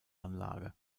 anlage